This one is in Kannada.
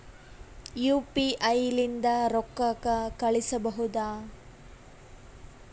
ಯು.ಪಿ.ಐ ಲಿಂದ ರೊಕ್ಕ ಕಳಿಸಬಹುದಾ?